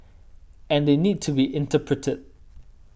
and they need to be interpreted